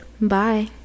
Bye